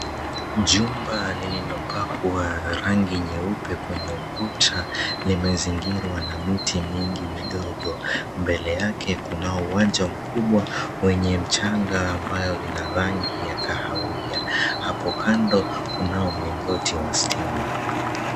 Jumba lililopakwa rangi nyeupe kwenye ukuta, limezingirwa na miti mingi midogo. Mbele yake kunao uwanja mkubwa wenye mchanga ambayo ina rangi ya kahawia. Hapo kando kunao Ellington wa stima.